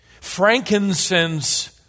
frankincense